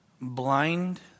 blind